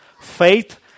Faith